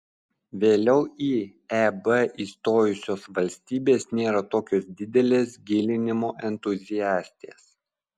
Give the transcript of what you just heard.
vėliau į eb įstojusios valstybės nėra tokios didelės gilinimo entuziastės